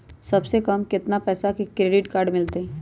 सबसे कम कतना पैसा पर क्रेडिट काड मिल जाई?